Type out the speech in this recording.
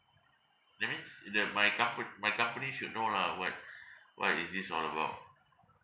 that means the my compa~ my company should know lah what what is this all about